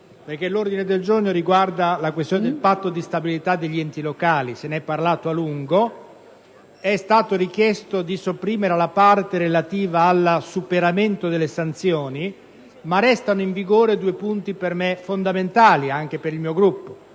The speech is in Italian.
l'ordine del giorno G2.172 riguarda la questione del Patto di stabilità degli enti locali; se ne è parlato a lungo. È stato richiesto di sopprimere la parte relativa al superamento delle sanzioni, ma restano fermi due punti fondamentali per me e per il mio Gruppo: